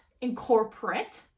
incorporate